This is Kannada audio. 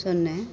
ಸೊನ್ನೆ